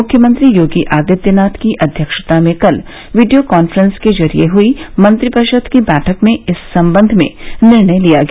मुख्यमंत्री योगी आदित्यनाथ की अध्यक्षता में कल वीडियो कांफ्रेंस के जरिए हुई मंत्रिपरिषद की बैठक में इस संबंध में निर्णय लिया गया